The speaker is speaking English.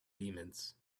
demons